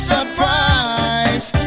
Surprise